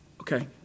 Okay